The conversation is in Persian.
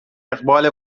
اقبال